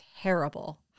terrible